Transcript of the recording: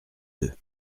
deux